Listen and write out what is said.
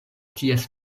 ties